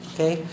Okay